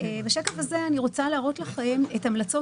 בשקף הזה אני רוצה להראות לכם את המלצות